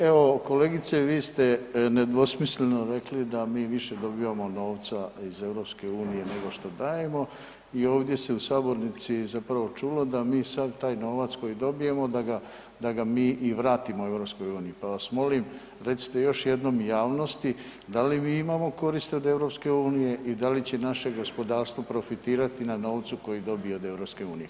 Evo kolegice vi ste nedvosmisleno rekli da mi više dobivamo novca iz EU nego što dajemo i ovdje se u sabornici zapravo čulo da mi sav taj novac koji dobijemo da ga, da ga mi i vratimo EU, pa vas molim recite još jednom javnosti da li mi imamo koristi od EU i da li će naše gospodarstvo profitirati na novcu koji dobije od EU?